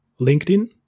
LinkedIn